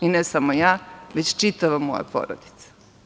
Ne samo ja, već čitava moja porodica.